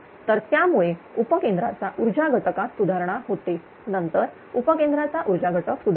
तर त्यामुळे उपकेंद्राचा ऊर्जा घटकात सुधारणा होते नंतर उपकेंद्राचा ऊर्जा घटक सुधारतो